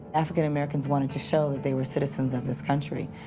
african americans wanted to show that they were citizens of this country.